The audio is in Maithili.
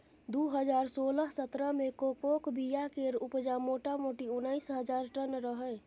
दु हजार सोलह सतरह मे कोकोक बीया केर उपजा मोटामोटी उन्नैस हजार टन रहय